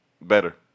Better